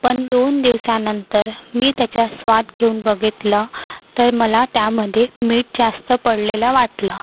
पण दोन दिवसानंतर मी त्याचा स्वाद घेऊन बघितलं तर मला त्यामध्ये मीठ जास्त पडलेलं वाटलं